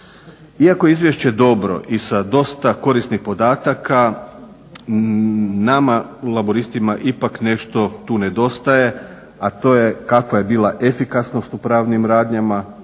Iako je izvješće dobro i sa dosta korisnih podataka, nama Laburistima ipak nešto tu nedostaje, a to je kakva je bila efikasnost u pravnim radnjama,